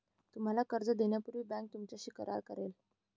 तुम्हाला कर्ज देण्यापूर्वी बँक तुमच्याशी करार करेल